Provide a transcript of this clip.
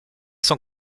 son